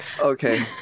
Okay